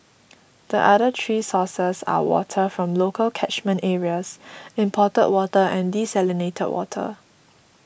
the other three sources are water from local catchment areas imported water and desalinated water